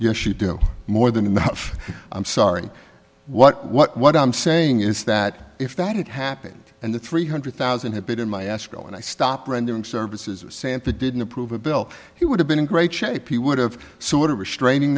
yes you do more than enough i'm sorry what what what i'm saying is that if that had happened and the three hundred thousand had been my asco and i stopped rendering services santa didn't approve a bill he would have been in great shape he would have sort of restraining